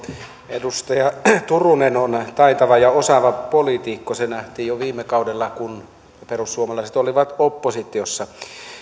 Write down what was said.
edustaja turunen on taitava ja osaava poliitikko se nähtiin jo viime kaudella kun perussuomalaiset olivat oppositiossa